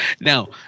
Now